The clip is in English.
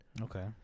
Okay